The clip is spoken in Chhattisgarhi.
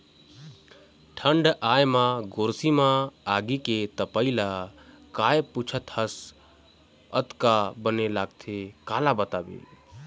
ठंड आय म गोरसी म आगी के तपई ल काय पुछत हस अतका बने लगथे काला बताबे